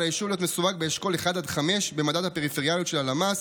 על היישוב להיות מסווג באשכול 1 עד 5 במדד הפריפריאליות של הלמ"ס.